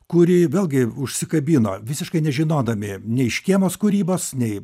kuri vėlgi užsikabino visiškai nežinodami nei škėmos kūrybos nei